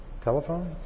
Telephone